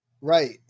Right